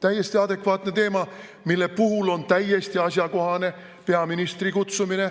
Täiesti adekvaatne teema, mille puhul on täiesti asjakohane peaministri kutsumine,